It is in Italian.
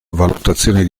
valutazioni